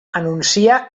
anuncia